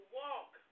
walk